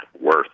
worth